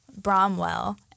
Bromwell